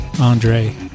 Andre